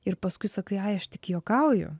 ir paskui sakai aš tik juokauju